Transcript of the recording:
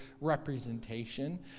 representation